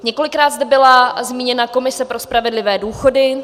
Několikrát zde byla zmíněna komise pro spravedlivé důchody.